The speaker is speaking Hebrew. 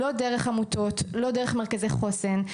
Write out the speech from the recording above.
לא דרך עמותות, לא דרך מרכזי חוסן.